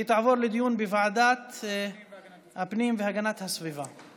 היא תעבור לדיון בוועדת הפנים והגנת הסביבה.